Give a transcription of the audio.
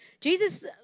Jesus